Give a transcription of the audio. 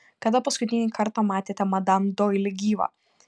kada paskutinį kartą matėte madam doili gyvą